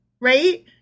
right